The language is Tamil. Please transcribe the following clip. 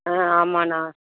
ஆ ஆமா அண்ணா